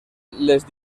les